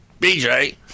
BJ